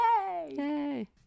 Yay